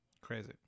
crazy